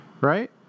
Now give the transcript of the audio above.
right